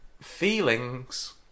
feelings